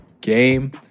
game